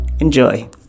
Enjoy